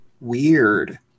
weird